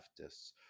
leftists